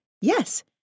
Yes